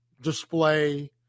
display